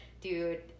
dude